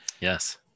Yes